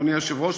אדוני היושב-ראש,